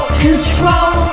control